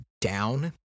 down